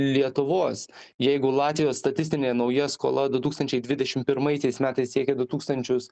lietuvos jeigu latvijos statistinė nauja skola du tūkstančiai dvidešim pirmaisiais metais metais siekė du tūkstančius